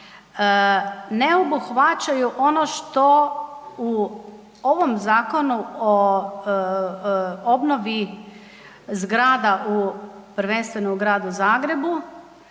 ne obuhvaćaju ono što u ovom zakonu o obnovi zgrada prvenstveno u gradu Zagrebu,